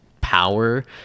power